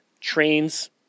trains